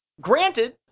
Granted